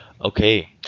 Okay